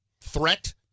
threat